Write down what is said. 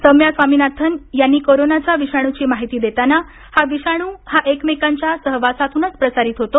सौम्या स्वामीनाथन यांनी करोनाच्या विषाणुची माहिती देताना हा विषाणु हा एकमेकांच्या सहवासातुनच प्रसारित होते